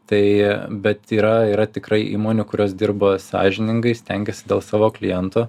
tai bet yra yra tikrai įmonių kurios dirba sąžiningai stengiasi dėl savo klientų